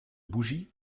bougie